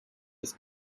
just